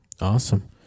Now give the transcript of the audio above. awesome